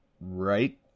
Right